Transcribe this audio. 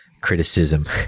criticism